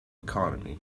economy